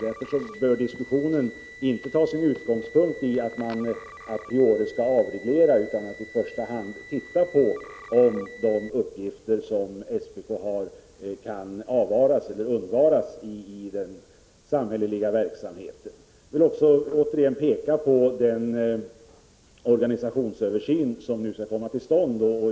Därför bör diskussionen inte föras med utgångspunkt i att det a priori skall göras en avreglering utan i att det i första hand skall göras en bedömning av om de uppgifter som SPK har kan undvaras i den samhälleliga verksamheten. Jag vill återigen peka på den organisationsöversyn som nu skall komma till stånd.